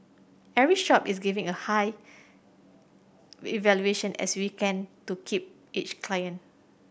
every shop is giving a high a valuation as we can to keep each client